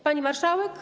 Pani Marszałek!